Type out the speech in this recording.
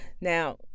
Now